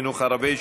חינוך ערבי),